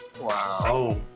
Wow